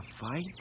fight